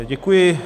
Děkuji.